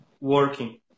working